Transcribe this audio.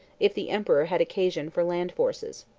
if the emperor had occasion for land forces.